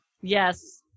Yes